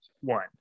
one